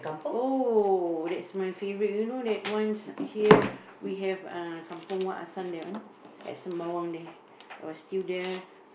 oh that's my favourite you know that once here we have a kampung Wak Hassan at Sembawang there